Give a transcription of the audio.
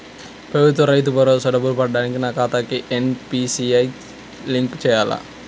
ప్రభుత్వ రైతు భరోసా డబ్బులు పడటానికి నా ఖాతాకి ఎన్.పీ.సి.ఐ లింక్ చేయాలా?